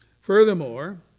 Furthermore